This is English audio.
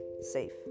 safe